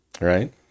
right